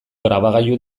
grabagailu